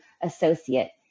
associate